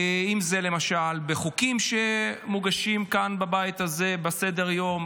אם זה למשל בחוקים שמוגשים כאן בבית הזה בסדר-היום,